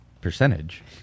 Percentage